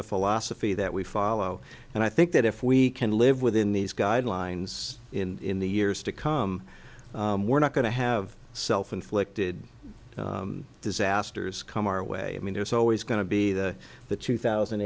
a philosophy that we follow and i think that if we can live within these guidelines in the years to come we're not going to have self inflicted disasters come our way i mean there's always going to be the the two thousand